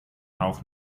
auch